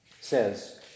says